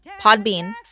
Podbean